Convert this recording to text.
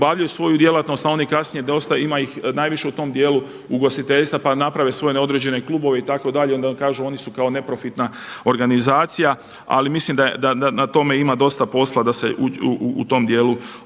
obavljaju svoju djelatnost, a oni kasnije dosta ima ih najviše u tom djelu ugostiteljstva pa naprave svoje neodređene klubove itd. i onda kažu oni su kako neprofitna organizacija. Ali mislim da na tome ima dosta posla, da se u tom djelu definira.